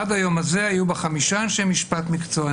עד היום הזה היו בה חמישה אנשי משפט מקצוענים.